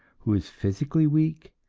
who is physically weak,